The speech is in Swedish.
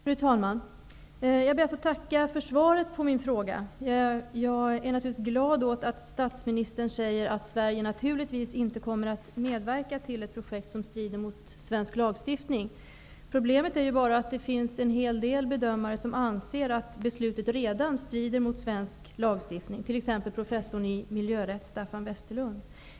Fru talman! Jag ber att få tacka för svaret på min fråga. Jag är naturligtvis glad åt att statsministern säger att Sverige naturligtvis inte kommer att medverka till ett projekt som strider mot svensk lagstiftning. Problemet är bara att det finns en hel del bedömare som anser att beslutet redan strider mot svensk lagstiftning, t.ex. professorn i miljörätt Staffan Westerlund.